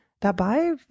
Dabei